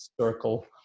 circle